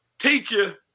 teacher